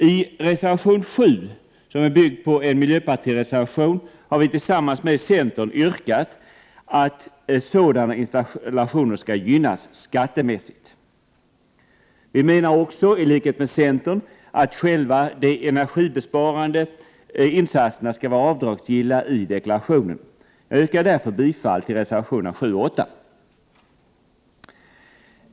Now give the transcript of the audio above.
I reservation 7, som är byggd på en miljöpartimotion, har vi tillsammans med centern yrkat att sådana installationer skall gynnas skattemässigt. Vi menar också, i likhet med centern, att själva de energisparande insatserna skall vara avdragsgilla i deklarationen. Jag yrkar därför bifall till reservationerna 7 och 8.